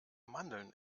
mandeln